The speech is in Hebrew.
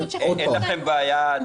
אין לכם בעיה,